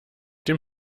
dem